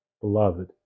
Beloved